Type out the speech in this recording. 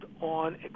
on